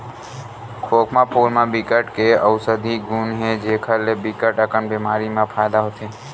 खोखमा फूल म बिकट के अउसधी गुन हे जेखर ले बिकट अकन बेमारी म फायदा होथे